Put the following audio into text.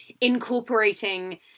incorporating